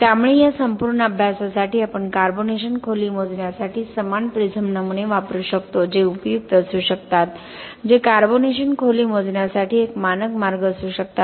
त्यामुळे या संपूर्ण अभ्यासासाठी आपण कार्बोनेशन खोली मोजण्यासाठी समान प्रिझम नमुने वापरू शकतो जे उपयुक्त असू शकतात जे कार्बनेशन खोली मोजण्यासाठी एक मानक मार्ग असू शकतात